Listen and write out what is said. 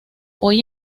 hoy